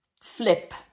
flip